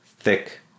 thick